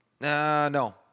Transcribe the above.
no